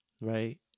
right